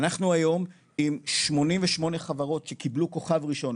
אנחנו היום עם 88 חברות שקיבלו כוכב ראשון,